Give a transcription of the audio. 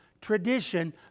tradition